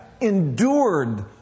endured